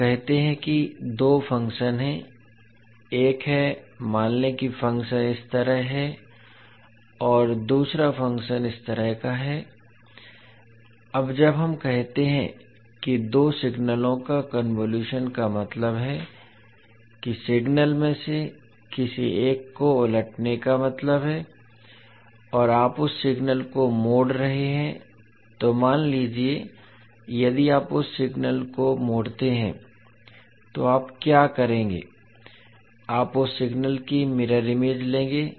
हम कहते हैं कि दो फंक्शन हैं एक है मान लें कि फ़ंक्शन इस तरह है और दूसरा फ़ंक्शन इस तरह का है अब जब हम कहते हैं कि दो सिग्नलों का कन्वोलुशन का मतलब है कि सिग्नल में से किसी एक को उलटने का मतलब है कि आप उस सिग्नल को मोड़ रहे हैं तो मान लीजिए यदि आप उस सिग्नल को मोड़ते हैं तो आप क्या करेंगे आप उस सिग्नल की मिरर इमेज लेंगे